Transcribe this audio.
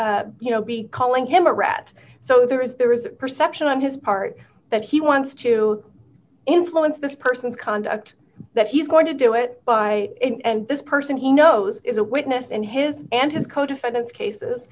you know be calling him a rat so there is there is a perception on his part that he wants to influence this person conduct that he's going to do it by and this person he knows is a witness and his and his co defendants cases